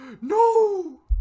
No